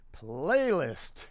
playlist